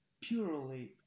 purely